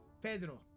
Pedro